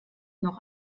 noch